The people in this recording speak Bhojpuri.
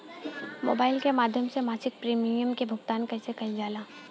मोबाइल के माध्यम से मासिक प्रीमियम के भुगतान कैसे कइल जाला?